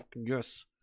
yes